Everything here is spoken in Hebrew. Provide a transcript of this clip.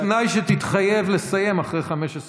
ובתנאי שתתחייב לסיים אחרי 15 שניות.